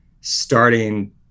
starting